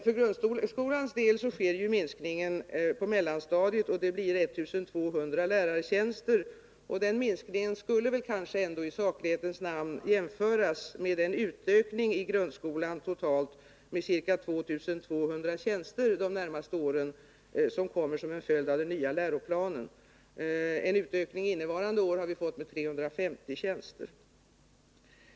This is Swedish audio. För grundskolans del sker minskningen på mellanstadiet med 1 200 lärartjänster, och den minskningen borde kanske i saklighetens namn jämföras med den utökning i grundskolan med totalt ca 2 200 tjänster som kommer att ske under de närmaste åren som en följd av den nya läroplanen. Vi har där fått en utökning innevarande år med 350 tjänster.